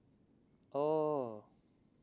oh